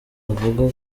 avuga